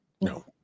No